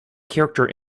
character